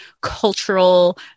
cultural